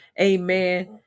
amen